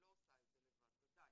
היא לא עושה את זה לבד, ודאי.